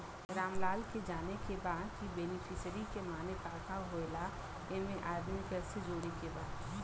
रामलाल के जाने के बा की बेनिफिसरी के माने का का होए ला एमे आदमी कैसे जोड़े के बा?